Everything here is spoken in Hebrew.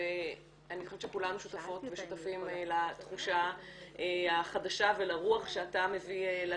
ואני חושבת שכולנו שותפות ושותפים לתחושה החדשה ולרוח שאתה מביא לתפקיד.